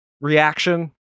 reaction